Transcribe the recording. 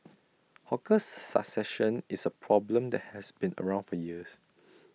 hawkers succession is A problem that has been around for years